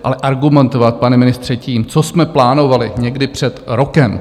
Ale argumentovat, pane ministře, tím, co jsme plánovali někdy před rokem...